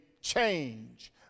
change